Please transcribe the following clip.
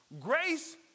Grace